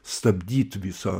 stabdyt viso viso to